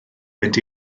fynd